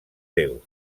déus